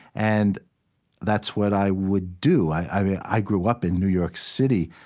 and that's what i would do i i grew up in new york city.